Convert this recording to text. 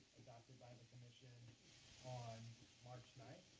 adopted by the commission on march ninth.